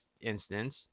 instance